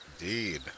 Indeed